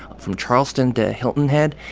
from charleston to hilton head.